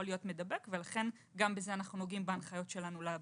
להיות מדבק ולכן גם בזה אנחנו נוגעים בהנחיות שלנו לבידוד.